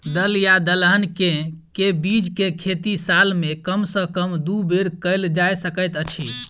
दल या दलहन केँ के बीज केँ खेती साल मे कम सँ कम दु बेर कैल जाय सकैत अछि?